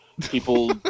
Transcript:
people